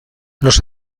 los